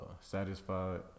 Satisfied